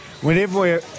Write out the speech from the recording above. whenever